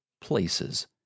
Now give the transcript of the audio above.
places